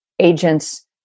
agent's